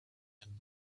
and